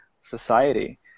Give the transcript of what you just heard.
society